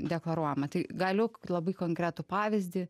deklaruojama tai galiu labai konkretų pavyzdį